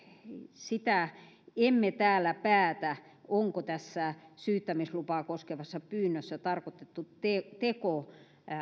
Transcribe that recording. sitä emme täällä päätä onko tässä syyttämislupaa koskevassa pyynnössä tarkoitettu teko